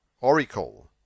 Oracle